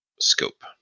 scope